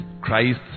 Christ